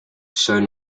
shown